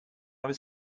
was